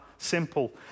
Simple